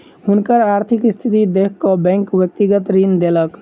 हुनकर आर्थिक स्थिति देख कअ बैंक व्यक्तिगत ऋण देलक